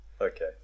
Okay